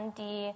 die